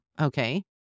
Okay